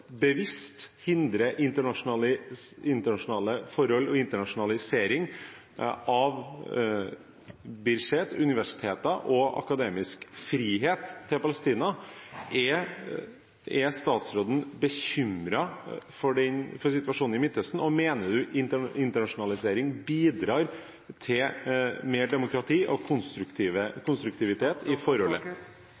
bevisst hindrer internasjonale forhold og internasjonalisering av Birzeit, universitetene og akademisk frihet i Palestina. Er statsråden bekymret for situasjonen i Midtøsten, og mener hun at internasjonalisering bidrar til mer demokrati og